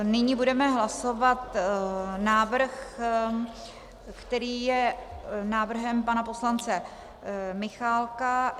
Nyní budeme hlasovat návrh, který je návrhem pana poslance Michálka.